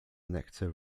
nectar